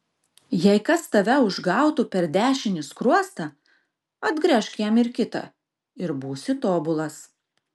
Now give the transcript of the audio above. jei kas tave užgautų per dešinį skruostą atgręžk jam ir kitą ir būsi tobulas